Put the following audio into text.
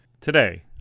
Today